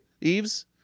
Eves